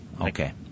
okay